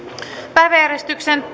päiväjärjestyksen